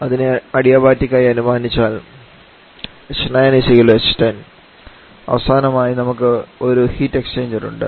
ഇതിനെ അഡിയബാറ്റിക് ആയി അനുമാനിച്ചാൽ h9 h10 അവസാനമായി നമുക്ക് ഒരു ഹീറ്റ്എക്സ്ചേഞ്ചർ ഉണ്ട്